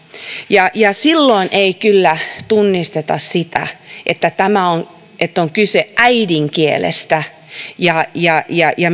ja ja silloin ei kyllä tunnisteta sitä että on kyse äidinkielestä ja ja